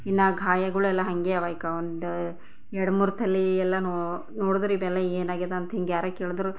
ಇನ್ನು ಅ ಗಾಯಗಳೆಲ್ಲ ಹಾಗೆ ಅವು ಈಗ ಒಂದು ಎರ್ಡು ಮೂರು ತಲೆ ಎಲ್ಲ ನೋಡ್ದ್ರೆ ಇದೆಲ್ಲ ಏನಾಗ್ಯದ ಅಂತ ಹಿಂಗೆ ಯಾರ ಕೇಳಿದ್ರೆ